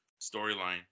storyline